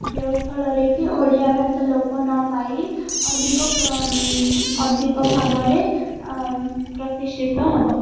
ଯେଉଁଫଳରେ କି ଓଡ଼ିଆ ଭାଷା ଲୋପ ନ ପାଇ ଅଧିକ ଅଧିକ ଭାବରେ ପ୍ରତିଷ୍ଠିତ ହବ